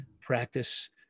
practice